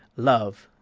love,